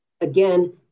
again